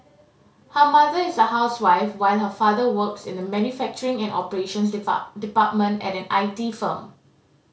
her mother is a housewife while her father works in the manufacturing and operations depart department at an I T firm